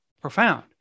profound